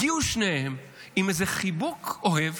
הגיעו שניהם עם איזה חיבוק אוהב